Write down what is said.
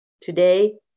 Today